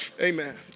Amen